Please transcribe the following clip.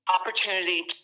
opportunity